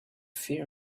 fear